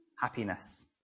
happiness